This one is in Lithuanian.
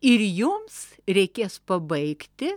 ir jums reikės pabaigti